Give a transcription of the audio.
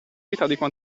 gravità